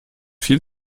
viel